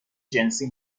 جنسی